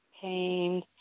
pain